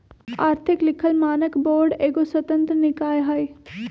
आर्थिक लिखल मानक बोर्ड एगो स्वतंत्र निकाय हइ